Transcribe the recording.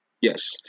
Yes